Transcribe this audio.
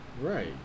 Right